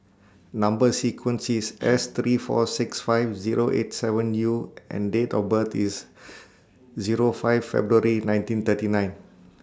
Number sequence IS S three four six five Zero eight seven U and Date of birth IS Zero five February nineteen thirty nine